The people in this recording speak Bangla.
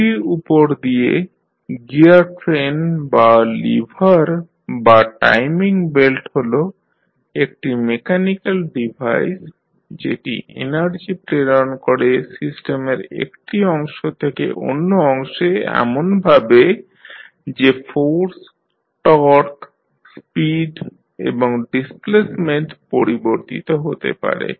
পুলির উপর দিয়ে গিয়ার ট্রেন বা লিভার বা টাইমিং বেল্ট হল একটি মেকানিক্যাল ডিভাইস যেটি এনার্জি প্রেরণ করে সিস্টেমের একটি অংশ থেকে অন্য অংশে এমনভাবে যে ফোর্স টর্ক স্পিড এবং ডিসপ্লেসমেন্ট পরিবর্তিত হতে পারে